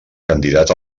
candidat